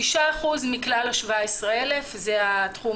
שישה אחוזים מכלל ה-17,000 הם בתחום